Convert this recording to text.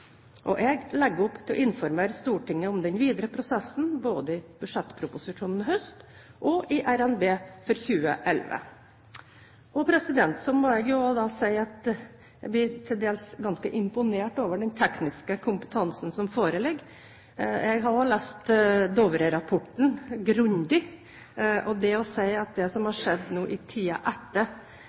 Jeg legger opp til å informere Stortinget om den videre prosessen, både i budsjettproposisjonen i høst og i revidert nasjonalbudsjett for 2011. Jeg må også si at jeg blir til dels ganske imponert over den tekniske kompetansen som foreligger. Jeg har lest Dovre-rapporten grundig. Når det gjelder det å si at det som nå har skjedd under og etter høringen, svarer på alle påpekningene i